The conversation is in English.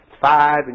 five